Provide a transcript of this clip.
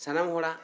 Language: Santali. ᱥᱟᱱᱟᱢ ᱦᱚᱲᱟᱜ